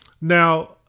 Now